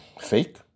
fake